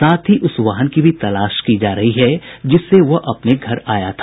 साथ ही उस वाहन की भी तलाश की जा रही है जिससे वह अपने घर आया था